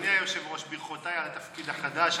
אדוני היושב-ראש, ברכותיי על התפקיד החדש.